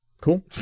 Cool